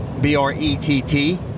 b-r-e-t-t